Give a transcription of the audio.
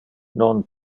non